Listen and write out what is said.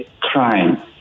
crime